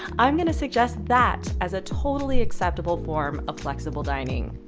i'm going to suggest that as a totally acceptable form of flexible dining.